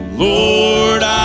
Lord